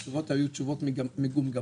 התשובות היו תשובות מגומגמות.